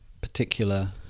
particular